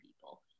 people